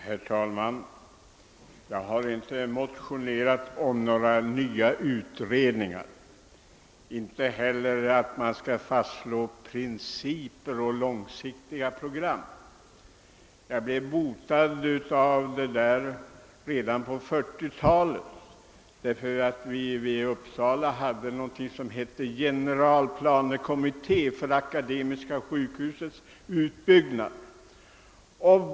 Herr talman! Jag har inte motionerat om några nya utredningar och inte heller om att vi skall fastslå principer och ställa upp långsiktiga program. Jag blev botad från sådant redan på 1940-talet. Vi hade då i Uppsala någonting som hette generalplanekommittén för Akademiska sjukhusets utbyggnad.